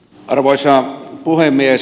arvoisa puhemies